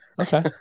Okay